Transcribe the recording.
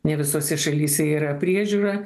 ne visose šalyse yra priežiūra